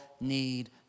need